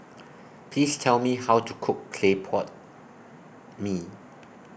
Please Tell Me How to Cook Clay Pot Mee